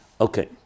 Okay